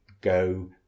go